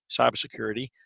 cybersecurity